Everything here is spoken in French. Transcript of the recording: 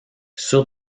sur